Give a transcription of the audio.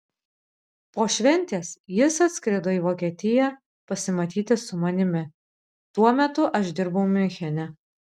po šventės jis atskrido į vokietiją pasimatyti su manimi tuo metu aš dirbau miunchene